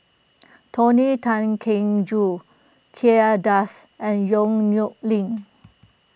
Tony Tan Keng Joo Kay Das and Yong Nyuk Lin